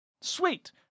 Sweet